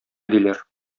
диләр